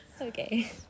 Okay